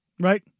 Right